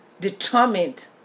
determined